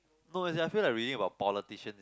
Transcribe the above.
no as it feel like really about politician